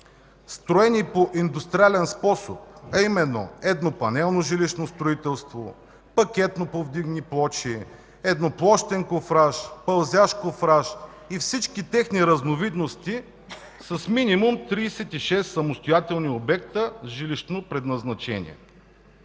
строени по индустриален способ, а именно едропанелно жилищно строителство, пакетоповдигащи плочи, едроплощен кофраж, пълзящ кофраж и всички техни разновидности с минимум 36 самостоятелни обекта с жилищно предназначение.